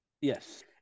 Yes